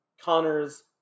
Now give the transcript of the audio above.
Connors